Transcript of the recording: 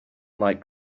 like